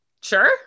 sure